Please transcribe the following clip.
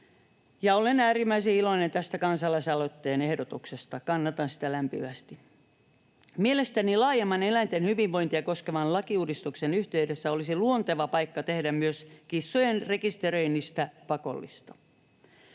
olen äärimmäisen iloinen tästä kansalaisaloitteen ehdotuksesta. Kannatan sitä lämpimästi. Mielestäni laajemman eläinten hyvinvointia koskevan lakiuudistuksen yhteydessä olisi luonteva paikka tehdä myös kissojen rekisteröinnistä pakollista.